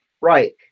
Right